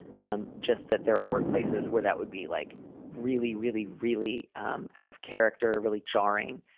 um just that there are workplaces where that would be like really, really, really um out of character. really jarring.